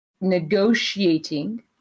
negotiating